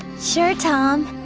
sure, tom.